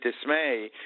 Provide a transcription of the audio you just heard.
dismay